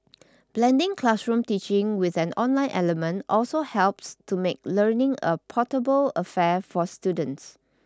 blending classroom teaching with an online element also helps to make learning a portable affair for students